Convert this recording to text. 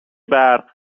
برق